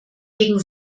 wegen